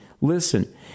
listen